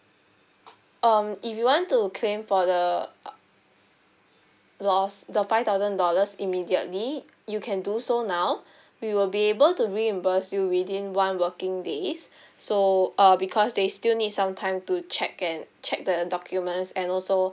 um if you want to claim for the loss the five thousand dollars immediately you can do so now we will be able to reimburse you within one working days so uh because they still need some time to check and check the documents and also